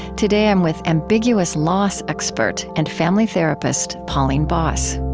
today, i'm with ambiguous loss expert and family therapist pauline boss